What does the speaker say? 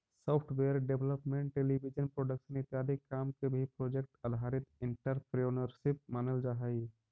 software development television production इत्यादि काम के भी प्रोजेक्ट आधारित एंटरप्रेन्योरशिप मानल जा हई